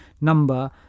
number